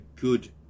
good